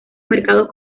mercados